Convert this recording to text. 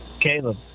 Caleb